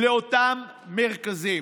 לאותם מרכזים?